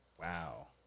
Wow